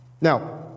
Now